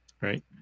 Right